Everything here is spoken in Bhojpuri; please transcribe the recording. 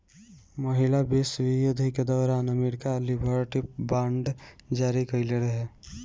पहिला विश्व युद्ध के दौरान अमेरिका लिबर्टी बांड जारी कईले रहे